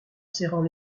serrant